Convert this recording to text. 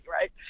right